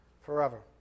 forever